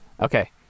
Okay